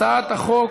הצעת החוק